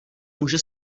může